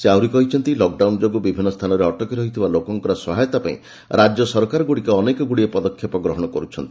ସେ ଆହରି କହିଛନ୍ତି ଲକଡାଉନ ଯୋଗୁଁ ବିଭିନ୍ନ ସ୍ଥାନରେ ଅଟକି ରହିଥିବା ଲୋକମାନଙ୍କର ସହାୟତା ପାଇଁ ରାଜ୍ୟ ସରକାରଗୁଡ଼ିକ ଅନେକଗୁଡ଼ିଏ ପଦକ୍ଷେପ ଗ୍ରହଣ କରୁଛନ୍ତି